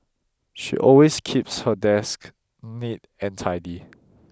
she always keeps her desk neat and tidy